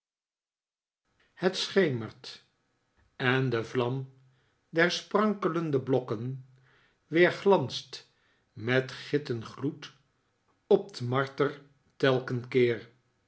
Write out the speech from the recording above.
het schemert en de vlam der sprankelende blokken weerglanst met gitten gloed op t marter telken keer